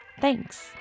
Thanks